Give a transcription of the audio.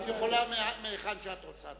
את יכולה להשיב מהיכן שאת רוצה.